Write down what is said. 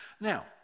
Now